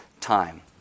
time